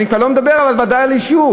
אני כבר לא מדבר ודאי על אישור.